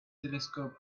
telescope